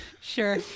Sure